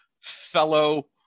fellow